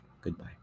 Goodbye